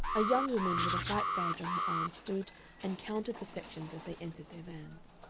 a young woman with a white badge on her arm stood and counted the sections as they entered their vans.